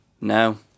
No